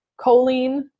choline